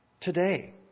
today